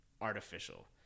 artificial